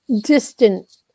distant